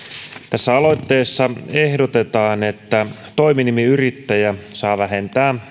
tässä aloitteessa ehdotetaan että toiminimiyrittäjä saa vähentää